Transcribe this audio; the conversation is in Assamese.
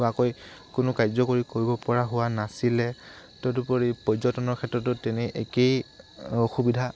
হোৱাকৈ কোনো কাৰ্যকৰী কৰিব পৰা হোৱা নাছিলে তদুপৰি পৰ্যটনৰ ক্ষেত্ৰতো তেনে একেই অসুবিধা